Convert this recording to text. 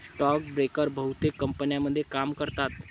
stock broker बहुतेक कंपन्यांमध्ये काम करतात